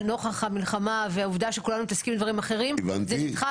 נוכח המלחמה והעובדה שכולנו מתעסקים בדברים אחרים זה נדחה,